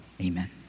Amen